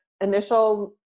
initial